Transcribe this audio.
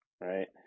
right